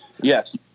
Yes